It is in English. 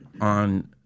on